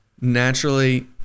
naturally